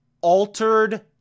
altered